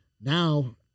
Now